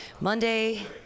Monday